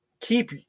keep